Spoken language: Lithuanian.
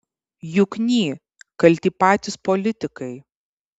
jukny kalti patys politikai